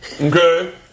okay